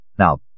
Now